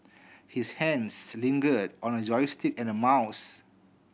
his hands lingered on a joystick and a mouse